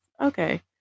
Okay